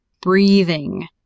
breathing